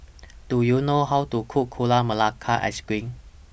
Do YOU know How to Cook Gula Melaka Ice Cream